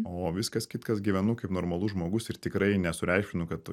o viskas kitkas gyvenu kaip normalus žmogus ir tikrai nesureikšminu kad